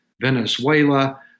Venezuela